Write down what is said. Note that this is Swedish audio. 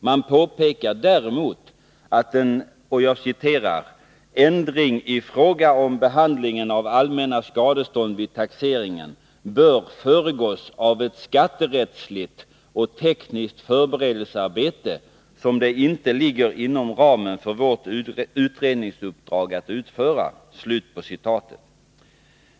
Man påpekar däremot att en ”ändring i fråga om behandlingen av allmänna skadestånd vid taxeringen bör föregås av ett skatterättsligt och tekniskt förberedelsearbete som det inte ligger inom ramen för vårt utredningsuppdrag att utföra”.